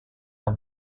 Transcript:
are